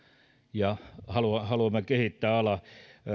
ja haluamme kehittää alaa